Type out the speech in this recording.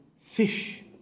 fish